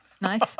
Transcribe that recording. nice